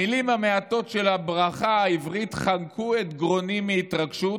המילים המעטות של הברכה העברית חנקו את גרוני מהתרגשות